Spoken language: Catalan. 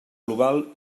global